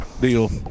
deal